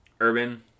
Urban